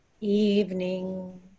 evening